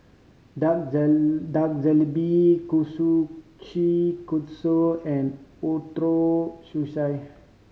Dak Dak and Ootoro Sushi